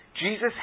Jesus